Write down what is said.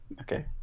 Okay